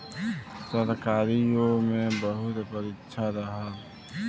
सरकारीओ मे बहुत परीक्षा रहल